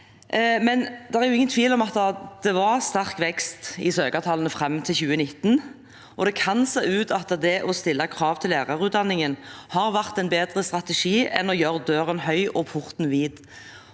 Det er ingen tvil om at det var sterk vekst i søkertallene fram til 2019, og det kan se ut som om det å stille krav til lærerutdanningen har vært en bedre strategi enn å gjøre døren høy og porten vid.